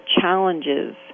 challenges